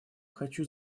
хочу